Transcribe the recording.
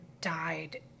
died